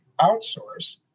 outsource